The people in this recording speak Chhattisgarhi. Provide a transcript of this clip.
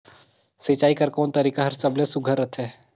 सिंचाई कर कोन तरीका हर सबले सुघ्घर रथे?